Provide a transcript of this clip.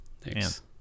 Thanks